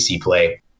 play